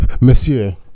Monsieur